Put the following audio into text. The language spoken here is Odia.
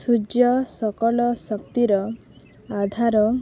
ସୂର୍ଯ୍ୟ ସକଳ ଶକ୍ତିର ଆଧାର